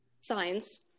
Science